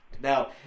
Now